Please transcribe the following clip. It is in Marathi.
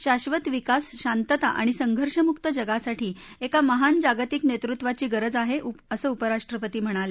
शाधत विकास शांतता आणि संघर्षमुक्त जगासाठी एका महान जागतिक नेतृत्वाची गरज आहे असं उपराष्ट्रपती म्हणाले